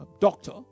doctor